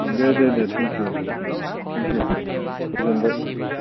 दे दे दे thank you um thank you गोजोनबाय उम